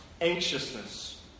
anxiousness